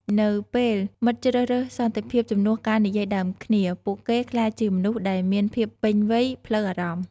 នៅពេលមិត្តជ្រើសរើសសន្តិភាពជំនួសការនិយាយដើមគ្នា ពួកគេក្លាយជាមនុស្សដែលមានភាពពេញវ័យផ្លូវអារម្មណ៍។